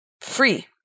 free